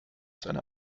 seine